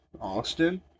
Austin